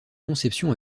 conception